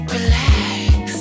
Relax